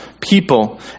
people